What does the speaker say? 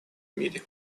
мире